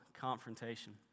Confrontation